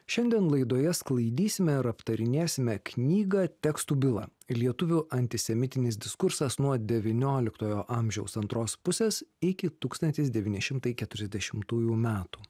šiandien laidoje sklaidysime ir aptarinėsime knygą tekstų byla lietuvių antisemitinis diskursas nuo devynioliktojo amžiaus antros pusės iki tūkstantis devyni šimtai keturiasdešimtųjų metų